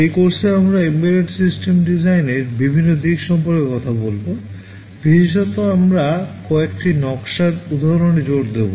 এই কোর্সে আমরা এমবেডেড সিস্টেম ডিজাইনের বিভিন্ন দিক সম্পর্কে কথা বলব বিশেষত আমরা কয়েকটি নকশার উদাহরণে জোর দেব